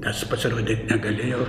nes pasirodyt negalėjau